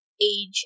age